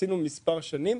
עשינו מספר שנים,